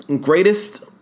Greatest